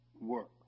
work